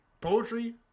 poetry